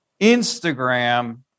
Instagram